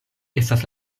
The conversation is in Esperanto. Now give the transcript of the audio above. estas